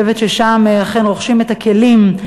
אני חושבת ששם אכן רוכשים את הכלים,